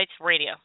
Radio